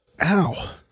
Ow